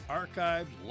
archived